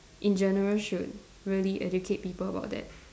in general should really educate people about that